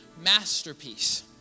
masterpiece